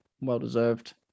well-deserved